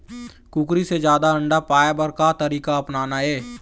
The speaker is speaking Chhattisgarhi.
कुकरी से जादा अंडा पाय बर का तरीका अपनाना ये?